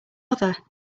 mother